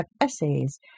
essays